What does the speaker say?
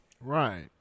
Right